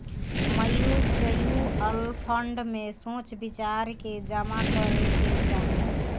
mutual fund में सोच विचार के जामा करे के चाही